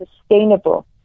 sustainable